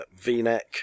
v-neck